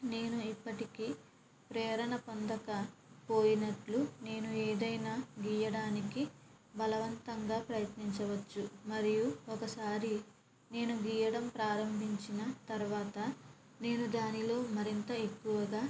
నేను ఇప్పటికీ ప్రేరణ పొందక పోయినట్లు నేను ఏదైనా గీయడానికి బలవంతంగా ప్రయత్నించవచ్చు మరియు ఒకసారి నేను గీయడం ప్రారంభించిన తరువాత నేను దానిలో మరింత ఎక్కువగా